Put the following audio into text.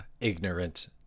ignorant